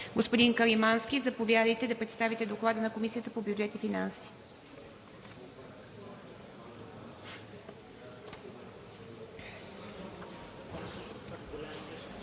Господин Каримански, заповядайте да представите Доклада на Комисията по бюджет и финанси.